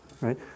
right